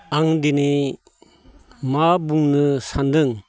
आं दिनै मा बुंनो सानदों